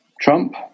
Trump